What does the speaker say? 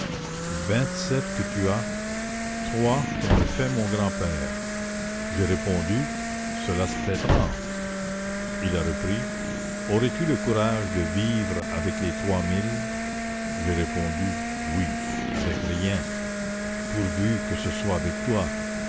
vingt-sept que tu as trois que me fait mon grand-père j'ai répondu cela fait trente il a repris aurais-tu le courage de vivre avec les trois mille j'ai répondu oui avec rien pourvu que ce soit avec toi